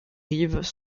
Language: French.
rives